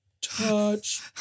touch